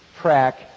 track